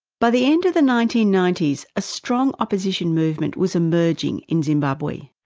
by the end of the nineteen ninety s a strong opposition movement was emerging in zimbabwe.